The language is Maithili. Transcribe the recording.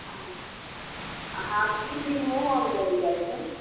हँ हँ तीन दिन उहोमे लागि जाइ छै